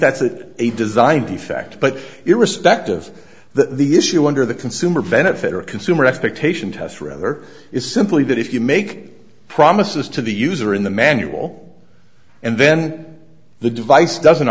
that's it a design defect but irrespective that the issue under the consumer benefit or consumer expectation test rather is simply that if you make promises to the user in the manual and then the device doesn't